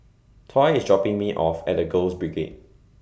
Tory IS dropping Me off At The Girls Brigade